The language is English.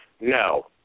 No